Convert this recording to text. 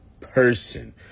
person